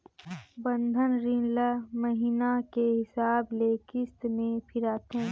बंधन रीन ल महिना के हिसाब ले किस्त में फिराथें